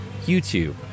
YouTube